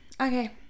okay